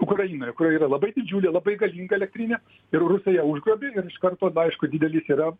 ukrainoje kuri yra labai didžiulė labai galinga elektrinė ir rusai ją užgrobė ir iš karto na aišku didelis yra